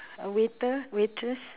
a waiter waitress